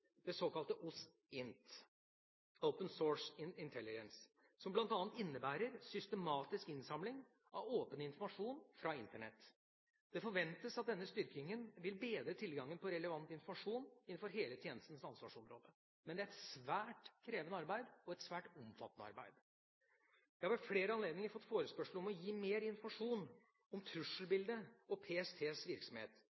det såkalte OSINT, Open Source Intelligence, som bl.a. innebærer systematisk innsamling av åpen informasjon fra Internett. Det forventes at denne styrkingen vil bedre tilgangen på relevant informasjon innenfor hele tjenestens ansvarsområde, men det er et svært krevende arbeid og et svært omfattende arbeid. Jeg har ved flere anledninger fått forespørsel om å gi mer informasjon om